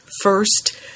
First